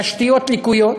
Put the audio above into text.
תשתיות לקויות,